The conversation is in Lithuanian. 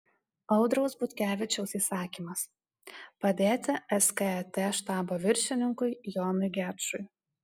audriaus butkevičiaus įsakymas padėti skat štabo viršininkui jonui gečui